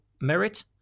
merit